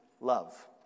love